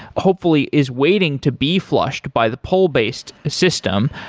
hopefully is waiting to be flushed by the pull based system,